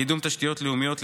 קידום תשתיות לאומיות,